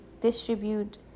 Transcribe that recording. distribute